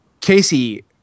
Casey